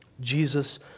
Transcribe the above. Jesus